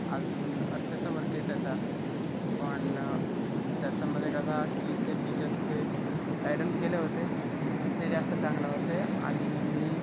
अजून तसं वरती येतात पण त्याच्यामध्ये कसा की ते फीचसचे ॲडन केले होते ते जास्त चांगलं होते आणि मी